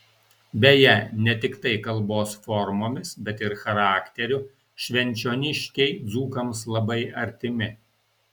beje ne tiktai kalbos formomis bet ir charakteriu švenčioniškiai dzūkams labai artimi